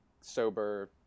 sober